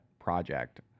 project